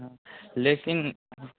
लेकिन